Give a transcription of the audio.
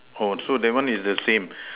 oh so that one is the same